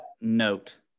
note